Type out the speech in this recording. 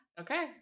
Okay